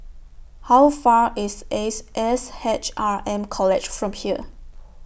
How Far away IS Ace S H R M College from here